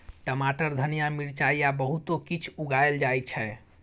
टमाटर, धनिया, मिरचाई आ बहुतो किछ उगाएल जाइ छै